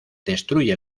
destruye